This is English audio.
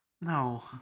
No